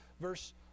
Verse